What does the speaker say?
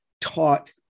taught